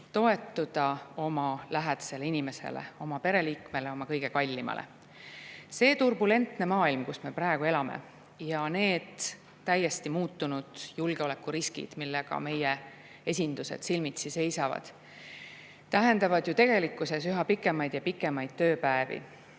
toetuda oma lähedasele inimesele, oma pereliikmele, oma kõige kallimale. See turbulentne maailm, kus me praegu elame, ja need täiesti muutunud julgeolekuriskid, millega meie esindused silmitsi seisavad, tähendavad tegelikkuses üha pikemaid tööpäevi.